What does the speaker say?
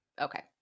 Okay